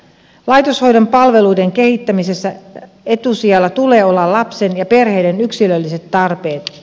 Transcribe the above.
laitoshoidon palveluiden kehittämisessä etusijalla tulee olla lapsen ja perheiden yksilölliset tarpeet